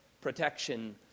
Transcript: protection